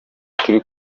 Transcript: turi